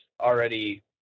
already